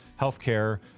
healthcare